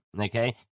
okay